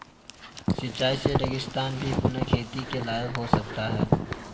सिंचाई से रेगिस्तान भी पुनः खेती के लायक हो सकता है